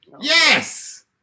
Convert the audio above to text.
Yes